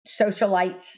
socialites